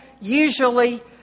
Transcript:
usually